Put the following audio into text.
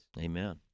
Amen